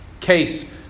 case